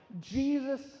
Jesus